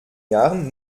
jahren